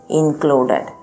included